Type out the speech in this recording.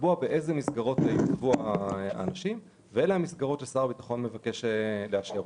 לקבוע באלו מסגרות ישובצו החיילים ואלו המסגרות ששר הביטחון מבקש לאשר.